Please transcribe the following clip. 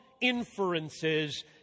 inferences